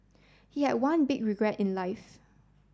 he had one big regret in life